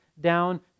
down